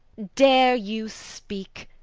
dare you speak?